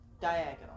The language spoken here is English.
diagonal